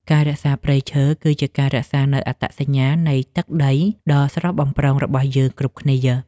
ការរក្សាព្រៃឈើ គឺជាការរក្សានូវអត្តសញ្ញាណនៃទឹកដីដ៏ស្រស់បំព្រងរបស់យើងគ្រប់គ្នា។